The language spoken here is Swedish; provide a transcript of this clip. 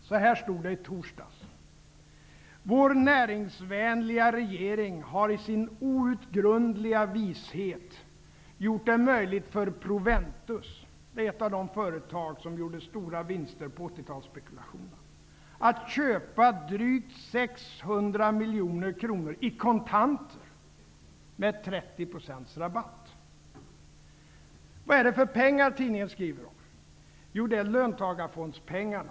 Så här stod det i torsdags: ''Vår näringslivsvänliga regering har i sin outgrundliga vishet gjort det möjligt för Proventus'' -- det är ett av de företag som gjorde stora vinster på 80-talsspekulationerna -- ''att köpa drygt 600 miljoner kronor i kontanter, med 30 Vad är det för pengar, som tidningen skriver om? Jo, det är löntagarfondspengarna.